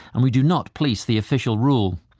and we do not police the official rule.